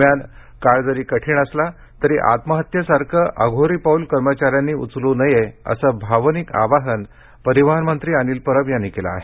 दरम्यान काळ जरी कठीण असला तरी आत्महत्येसारखं अघोरी पाऊल कर्मचाऱ्यानी उचलू नये असं भावनिक आवाहन परिवहन मंत्री अनिल परब यांनी केलं आहे